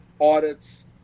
audits